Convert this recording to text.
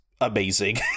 amazing